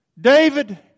David